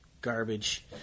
garbage